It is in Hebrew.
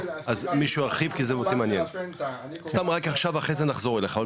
כי אותי זה מעניין, אחרי זה נחזור אילך.